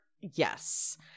yes